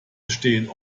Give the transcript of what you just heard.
bestehen